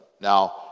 now